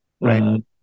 Right